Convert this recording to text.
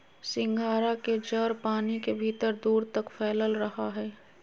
सिंघाड़ा के जड़ पानी के भीतर दूर तक फैलल रहा हइ